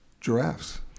giraffes